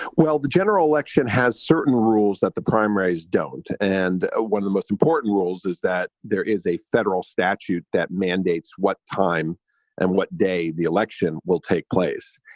well, the general election has certain rules that the primaries don't. and ah one of the most important rules is that there is a federal statute that mandates what time and what day the election will take place.